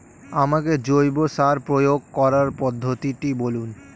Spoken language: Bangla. আমাকে জৈব সার প্রয়োগ করার পদ্ধতিটি বলুন?